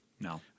No